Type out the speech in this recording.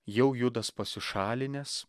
jau judas pasišalinęs